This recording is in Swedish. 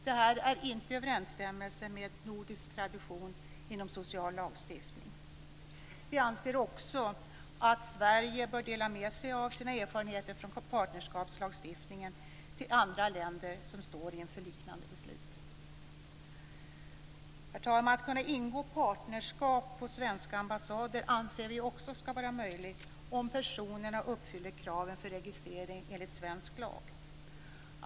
Det här är inte i överensstämmelse med nordisk tradition inom social lagstiftning. Vi anser också att Sverige bör dela med sig av sina erfarenheter från partnerskapslagstiftningen till andra länder som står inför liknande beslut. Herr talman! Att kunna ingå partnerskap på svenska ambassader anser vi också skall vara möjligt om personerna uppfyller kraven för registrering enligt svensk lag.